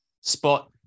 spot